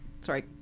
Sorry